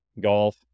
golf